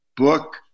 book